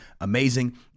amazing